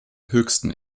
höchsten